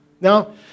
Now